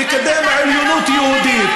שמקדם עליונות יהודית,